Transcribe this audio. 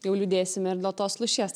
jau liūdėsime ir dėl tos lūšies